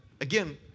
again